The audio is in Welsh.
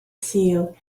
sul